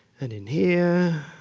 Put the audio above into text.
and, in here,